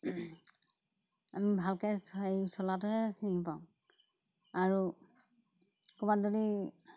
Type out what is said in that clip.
আমি ভালকে হেৰি চলাটোহে চিনি পাওঁ আৰু ক'ৰবাত যদি